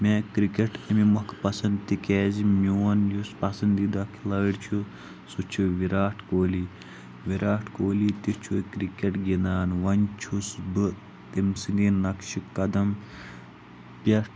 مےٚ کرکٹ امہِ مۄکھٕ پسنٛد تِکیٛازِ میون یُس پسنٛدیٖدہ کھلٲڑۍ چھُ سُہ چھُ وِراٹھ کولی وِراٹھ کولی تہِ چھُ کرکٹ گِنٛدان وۄنۍ چھُس بہٕ تٔمۍ سٕنٛدے نقشہِ قدم پٮ۪ٹھ